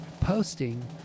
posting